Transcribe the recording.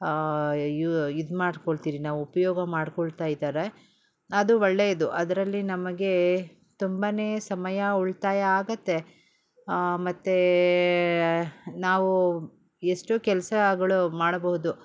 ಇದು ಮಾಡಿಕೊಳ್ತಿರಿ ನಾವು ಉಪಯೋಗ ಮಾಡಿಕೊಳ್ತಾಯಿದಾರೆ ಅದು ಒಳ್ಳೆಯದು ಅದರಲ್ಲಿ ನಮಗೆ ತುಂಬ ಸಮಯ ಉಳಿತಾಯ ಆಗುತ್ತೆ ಮತ್ತು ನಾವು ಎಷ್ಟೋ ಕೆಲ್ಸಗಳು ಮಾಡಬಹುದು